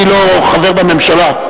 אני לא חבר בממשלה.